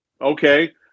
Okay